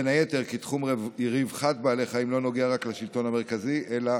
בין היתר כי תחום רווחת בעלי החיים לא נוגע רק לשלטון המרכזי אלא